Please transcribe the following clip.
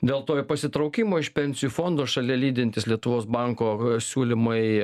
dėl to pasitraukimo iš pensijų fondo šalia lydintys lietuvos banko siūlymai